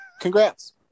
congrats